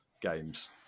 games